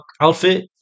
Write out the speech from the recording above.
outfit